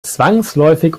zwangsläufig